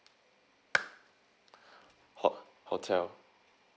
hot~ hotel